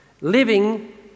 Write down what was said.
living